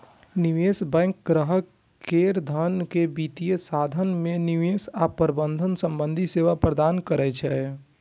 निवेश बैंक ग्राहक केर धन के वित्तीय साधन मे निवेश आ प्रबंधन संबंधी सेवा प्रदान करै छै